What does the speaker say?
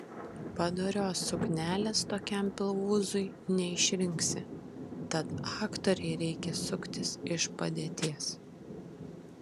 padorios suknelės tokiam pilvūzui neišrinksi tad aktorei reikia suktis iš padėties